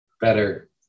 better